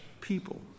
people